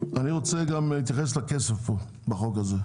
אני רוצה גם להתייחס לכסף פה בחוק הזה.